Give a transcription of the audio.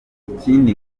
ikindi